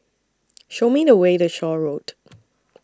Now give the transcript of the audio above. Show Me The Way to Shaw Road